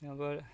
माबा